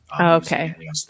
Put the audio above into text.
Okay